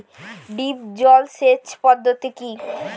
Drip জল সেচ পদ্ধতি কি?